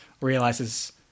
realizes